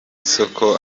isoko